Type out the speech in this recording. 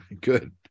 good